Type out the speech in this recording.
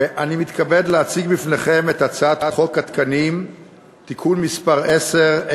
אני מתכבד להציג בפניכם את הצעת חוק התקנים (תיקון מס' 10),